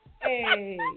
Hey